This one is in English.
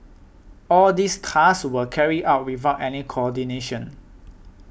all these tasks were carried out without any coordination